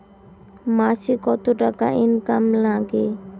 মাসে কত টাকা ইনকাম নাগে?